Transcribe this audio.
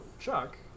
Chuck